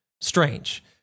strange